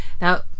now